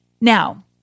Now